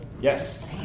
Yes